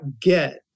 get